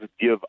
give